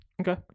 Okay